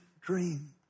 dream